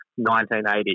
1980